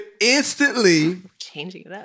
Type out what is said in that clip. instantly